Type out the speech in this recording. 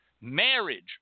Marriage